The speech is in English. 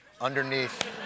underneath